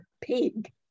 pig